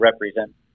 represent